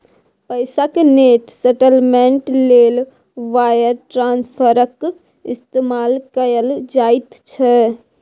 पैसाक net settlement लेल wire ट्रांस्फरक इस्तेमाल कएल जाइत छै